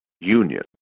Union